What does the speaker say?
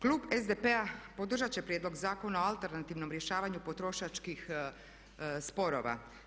Klub SDP-a podržat će Prijedlog zakona o alternativnom rješavanju potrošačkih sporova.